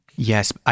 Yes